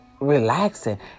relaxing